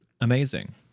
amazing